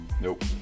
Nope